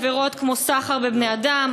עבירות כמו סחר בבני-אדם,